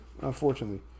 unfortunately